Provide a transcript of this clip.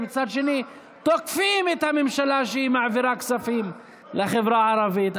ומצד שני אתם תוקפים את הממשלה על כך שהיא מעבירה כספים לחברה הערבית,